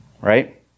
Right